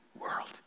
world